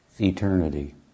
eternity